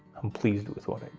i'm pleased with what